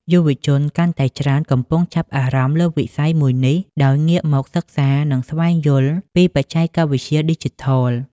យុវជនកាន់តែច្រើនកំពុងចាប់អារម្មណ៍លើវិស័យមួយនេះ ដោយងាកមកសិក្សា និងស្វែងយល់ពីបច្ចេកវិទ្យាឌីជីថល។